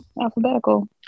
alphabetical